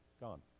gone